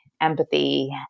empathy